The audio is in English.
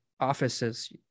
offices